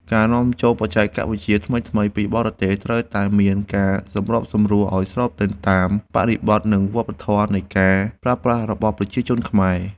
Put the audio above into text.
ការនាំចូលបច្ចេកវិទ្យាថ្មីៗពីបរទេសត្រូវតែមានការសម្របសម្រួលឱ្យស្របទៅតាមបរិបទនិងវប្បធម៌នៃការប្រើប្រាស់របស់ប្រជាជនខ្មែរ។